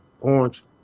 Orange